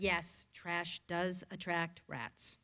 yes trash does attract rats